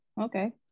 okay